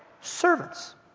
Servants